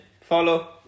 follow